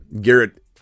Garrett